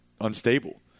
unstable